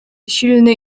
silny